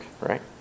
Right